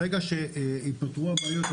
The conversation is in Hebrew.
ברגע שייפתרו הבעיות,